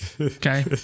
Okay